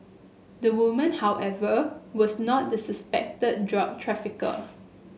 the woman however was not the suspected drug trafficker